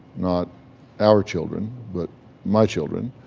not our children, but my children.